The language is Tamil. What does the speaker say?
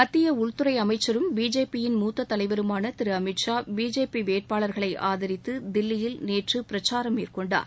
மத்திய உள்துறை அமைச்சரும் பிஜேபியின் மூத்த தலைவருமான திரு அமித் ஷா பிஜேபி வேட்பாளர்களை ஆதரித்து தில்லியில் நேற்று பிரச்சாரம் மேற்கொண்டார்